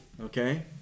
Okay